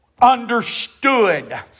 understood